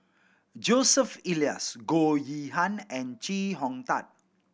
Joseph Elias Goh Yihan and Chee Hong Tat